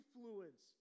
influence